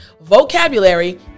vocabulary